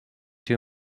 two